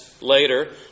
later